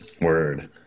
Word